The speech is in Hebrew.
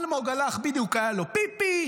אלמוג הלך, בדיוק היה לו פיפי.